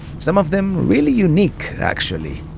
some of them really unique actually.